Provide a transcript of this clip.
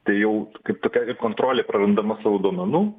tai jau kaip tokia kaip kontrolė prarandama savo duomenų